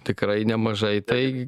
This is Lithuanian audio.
tikrai nemažai tai